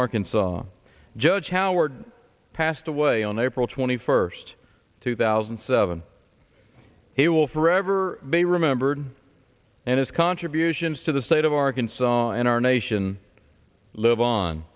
arkansas judge howard passed away on april twenty first two thousand and seven he will forever be remembered and his contributions to the state of arkansas and our nation live on